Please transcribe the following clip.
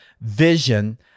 vision